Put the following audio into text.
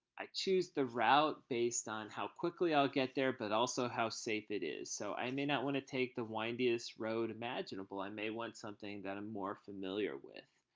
i choose the route based on how quickly i'll get there and but also how safe it is. so i may not want to take the windiest road imaginable. i may want something that i'm more familiar with.